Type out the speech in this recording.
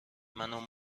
منو